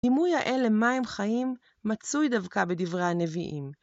דימוי האל למים חיים מצוי דווקא בדברי הנביאים.